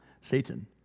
Satan